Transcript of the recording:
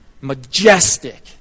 majestic